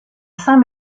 saint